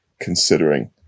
considering